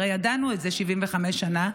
הרי ידענו את זה 75 שנה,